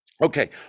Okay